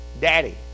Daddy